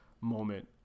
moment